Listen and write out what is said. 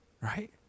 right